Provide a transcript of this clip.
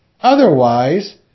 Otherwise